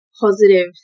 positive